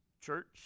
church